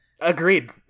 agreed